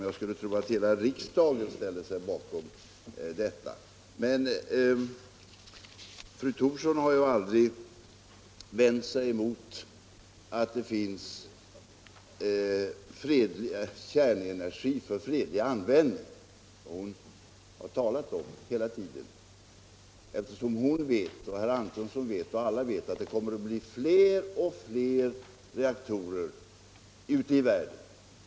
Jag skulle tro att hela riksdagen ställer sig bakom dem. Men fru Thorsson har aldrig vänt sig mot den fredliga användningen av kärnenergi. Både hon och herr Antonsson vet att det kommer att byggas fler och fler reaktorer ute i världen.